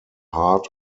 heart